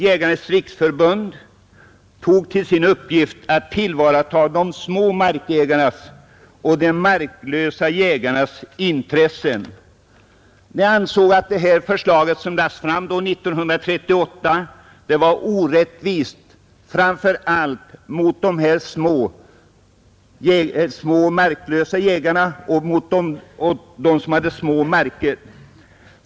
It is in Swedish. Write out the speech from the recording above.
Jägarnas riksförbund tog till sin uppgift att tillvarata de små markägarnas och de marklösa jägarnas intressen. Förbundet ansåg att det förslag som lades fram 1938 var orättvist, framför allt mot de marklösa jägarna och mot dem som hade små marker.